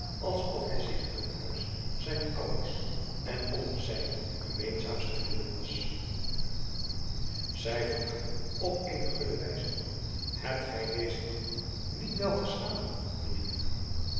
of hij aan het huis zijner ouders en onder zijne gemeenzaamste vrienden was zij vroeg hem op eene gulle wijze hebt gij dezen nacht niet wel geslapen